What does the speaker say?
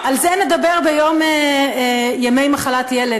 על זה נדבר בחוק ימי מחלת ילד,